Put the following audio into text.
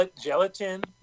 gelatin